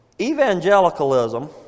Evangelicalism